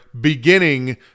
beginning